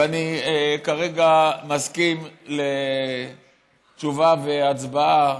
ואני כרגע מסכים לתשובה והצבעה